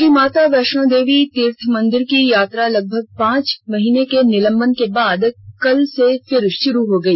श्री माता वैष्णों देवी तीर्थ मंदिर की यात्रा लगभग पांच महीने के निलंबन के बाद कल से फिर शुरू हो गई